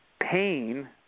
pain